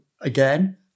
Again